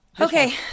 Okay